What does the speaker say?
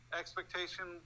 expectation